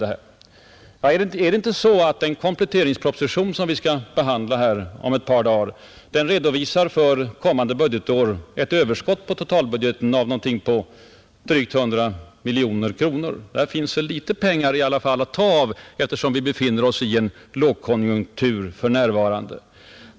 Men är det inte så, herr finansminister, att den kompletteringspropostion som vi skall behandla här i riksdagen om ett par dagar för kommande budgetår redovisar ett överskott på totalbudgeten av drygt 100 miljoner kronor? Där finns det pengar att ta av, eftersom vi för närvarande befinner oss i en lågkonjunktur.